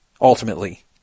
ultimately